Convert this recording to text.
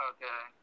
Okay